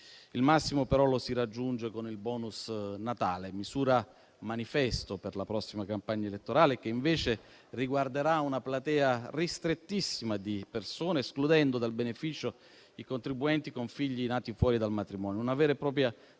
Il massimo, però, lo si raggiunge con il *bonus* Natale, misura manifesto per la prossima campagna elettorale, che invece riguarderà una platea ristrettissima di persone, escludendo dal beneficio i contribuenti con figli nati fuori dal matrimonio: una vera e propria